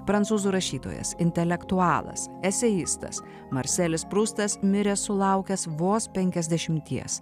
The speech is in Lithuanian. prancūzų rašytojas intelektualas eseistas marselis prustas mirė sulaukęs vos penkiasdešimties